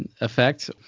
effect